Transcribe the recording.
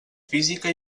física